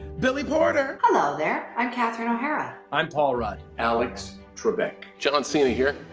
billy porter. hello there, i'm catherine o'hara. i'm paul rudd. alex trebek. john cena here,